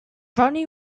ronnie